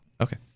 okay